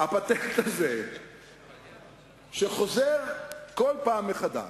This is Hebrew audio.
הפטנט הזה שחוזר כל פעם מחדש,